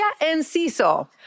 Enciso